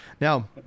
now